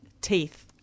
teeth